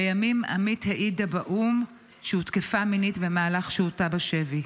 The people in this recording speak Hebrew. לימים עמית העידה באו"ם שהותקפה מינית במהלך שהותה בשבי: